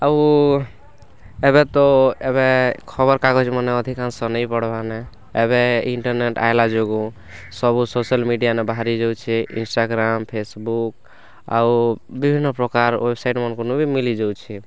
ଆଉ ଏବେ ତ ଏବେ ଖବର୍କାଗଜ୍ମନେ ଅଧିକାଂଶ ନେଇଁ ପଢ଼୍ବାନେ ଏବେ ଇଣ୍ଟର୍ନେଟ୍ ଆଇଲା ଯୋଗୁଁ ସବୁ ସୋସିଆଲ୍ ମିଡ଼ିଆନେ ବାହାରି ଯାଉଛେ ଇନ୍ଷ୍ଟାଗ୍ରାମ୍ ଫେସବୁ୍କ୍ ଆଉ ବିଭିନ୍ନପ୍ରକାର୍ ୱେବ୍ସାଇଟ୍ମାନ୍ଙ୍କର୍ନୁ ବି ମିଲି ଯଉଛେ